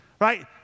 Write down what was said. right